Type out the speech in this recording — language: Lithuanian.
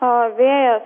o vėjas